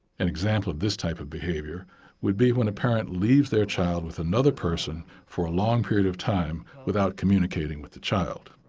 an example of this type of behavior would be when a parent leaves their child with another person for a long period of time without communicating with the child.